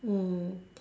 mm